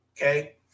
Okay